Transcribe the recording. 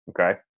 Okay